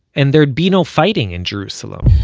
and there'd be no fighting in jerusalem.